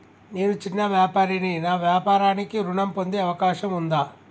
నేను చిన్న వ్యాపారిని నా వ్యాపారానికి ఋణం పొందే అవకాశం ఉందా?